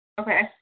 Okay